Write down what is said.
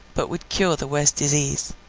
but would cure the worst disease.